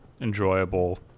enjoyable